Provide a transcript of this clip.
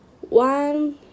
one